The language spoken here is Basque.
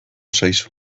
zaizu